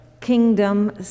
kingdom